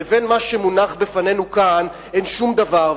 לבין מה שמונח בפנינו כאן אין שום דבר.